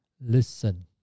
Listen